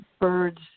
birds